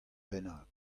bennak